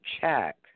check